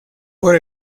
por